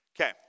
okay